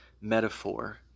metaphor